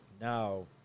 Now